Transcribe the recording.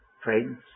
Friends